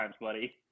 buddy